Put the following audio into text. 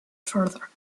further